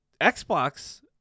Xbox